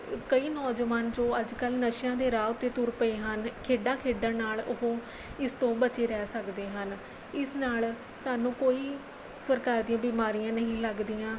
ਕਈ ਨੌਜਵਾਨ ਜੋ ਅੱਜ ਕੱਲ੍ਹ ਨਸ਼ਿਆਂ ਦੇ ਰਾਹ ਉੱਤੇ ਤੁਰ ਪਏ ਹਨ ਖੇਡਾਂ ਖੇਡਣ ਨਾਲ ਉਹ ਇਸ ਤੋਂ ਬਚੇ ਰਹਿ ਸਕਦੇ ਹਨ ਇਸ ਨਾਲ ਸਾਨੂੰ ਕੋਈ ਪ੍ਰਕਾਰ ਦੀਆਂ ਬਿਮਾਰੀਆਂ ਨਹੀਂ ਲੱਗਦੀਆਂ